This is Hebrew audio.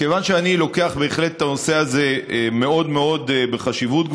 כיוון שאני מייחס בהחלט לנושא הזה חשיבות מאוד מאוד גדולה,